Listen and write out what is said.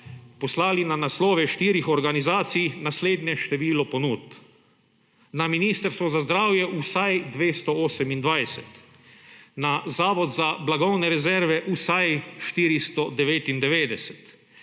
poslali na naslove štirih organizacij naslednje število ponudb: na Ministrstvo za zdravje vsaj 228, na Zavod za blagovne rezerve vsaj 499,